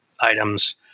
items